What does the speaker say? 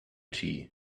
tea